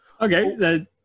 Okay